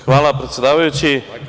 Hvala predsedavajući.